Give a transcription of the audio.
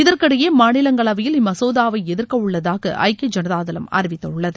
இதற்கிடையே மாநிலங்களவையில் இம்மசோதாவை எதிர்கவுள்ளதாக ஐக்கிய அறிவித்துள்ளது